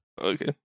Okay